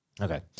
Okay